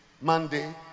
Monday